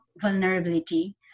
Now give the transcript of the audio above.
vulnerability